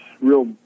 real